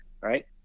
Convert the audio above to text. right